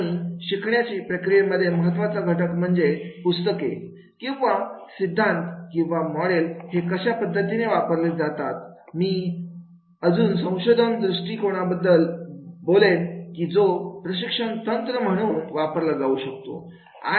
आणि शिकण्याच्या प्रक्रियेमध्ये महत्त्वाचा घटक म्हणजे पुस्तके किंवा सिद्धांत किंवा मॉडेल हे कशा पद्धतीने वापरले जातात मी अजून संशोधन दृष्टी कोणाबद्दल बोलेन की जो प्रशिक्षण तंत्र म्हणून वापरला जाऊ शकतो